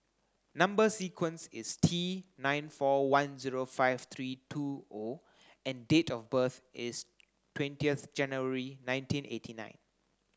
number sequence is T nine four one zero five three two O and date of birth is twentieth January nineteen eighty nine